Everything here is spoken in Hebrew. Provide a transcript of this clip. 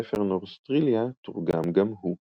הספר "נורסטריליה" תורגם גם הוא.